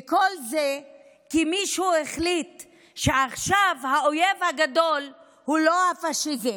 וכל זה כי מישהו החליט שעכשיו האויב הגדול הוא לא הפשיזם,